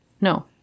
no